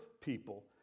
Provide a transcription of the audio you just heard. people